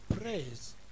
Praise